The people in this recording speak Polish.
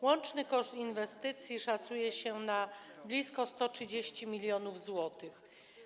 Łączny koszt inwestycji szacuje się na blisko 130 mln zł.